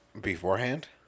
Beforehand